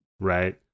right